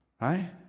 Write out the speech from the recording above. Right